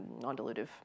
non-dilutive